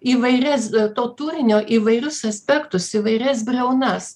įvairias to turinio įvairius aspektus įvairias briaunas